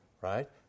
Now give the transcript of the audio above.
right